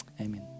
Amen